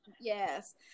yes